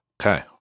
okay